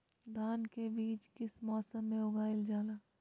धान के बीज किस मौसम में उगाईल जाला?